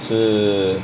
是